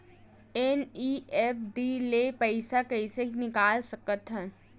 NEFT ले पईसा कइसे निकाल सकत हन?